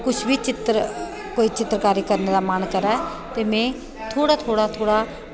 कुछ बी चित्तर कोई चित्तरकारी करने दा मन करै ते मे थोह्ड़ा थोह्ड़ा थोह्ड़ा